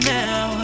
now